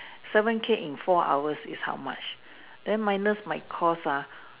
seven cake in four hours is how much then minus my cost ah